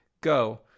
Go